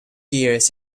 years